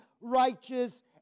righteous